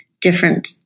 different